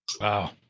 Wow